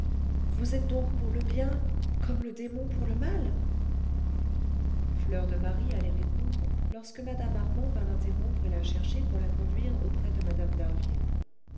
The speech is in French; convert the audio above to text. vous êtes donc pour le bien comme le démon pour le mal fleur de marie allait répondre lorsque mme armand vint l'interrompre et la chercher pour la conduire auprès de mme